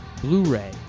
Blu-ray